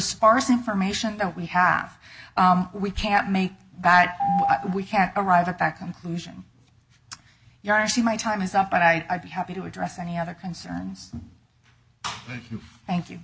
sparse information that we have we can't make bad we can't arrive at that conclusion you are actually my time is up and i be happy to address any other concerns you thank you